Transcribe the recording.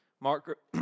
Mark